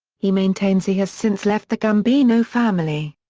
he maintains he has since left the gambino family.